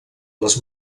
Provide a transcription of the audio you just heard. les